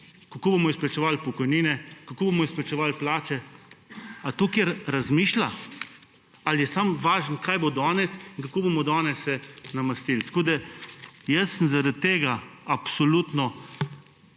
Kako bomo izplačevali pokojnine? Kako bomo izplačevali plače? Ali to kdo razmišlja? Ali je samo važno, kaj bo danes in kako se bomo danes namestili. Jaz sem zaradi tega absolutno